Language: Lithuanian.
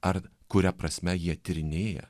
ar kuria prasme jie tyrinėja